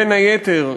בין היתר,